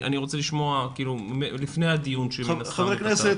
אני רוצה לשמוע לפני הדיון ש- -- חבר הכנסת